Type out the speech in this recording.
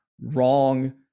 wrong